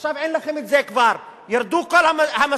עכשיו אין לכם את זה כבר, ירדו כל המסכות.